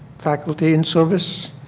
faculty and service.